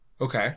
Okay